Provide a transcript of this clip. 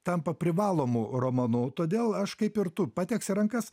tampa privalomu romanu todėl aš kaip ir tu pateks į rankas